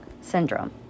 syndrome